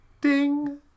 Ding